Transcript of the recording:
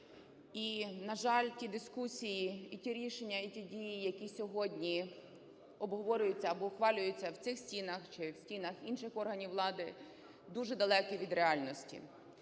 І, на жаль, ті дискусії і ті рішення, і ті дії, які сьогодні обговорюються або ухвалюються в цих стінах чи в стінах інших органів влади, дуже далекі від реальності.